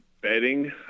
betting